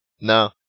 No